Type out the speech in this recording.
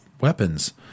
Weapons